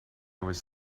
was